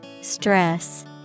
Stress